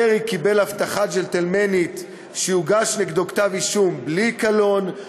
דרעי קיבל הבטחה ג'נטלמנית שיוגש נגדו כתב-אישום בלי קלון,